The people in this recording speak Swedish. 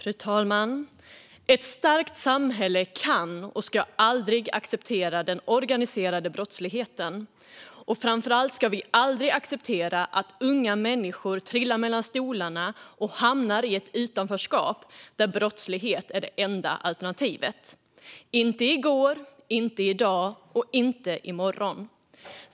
Fru talman! Ett starkt samhälle kan och ska aldrig acceptera den organiserade brottsligheten. Och framför allt ska vi aldrig acceptera att unga människor trillar mellan stolarna och hamnar i ett utanförskap där brottslighet är det enda alternativet - inte i går, inte i dag och inte i morgon.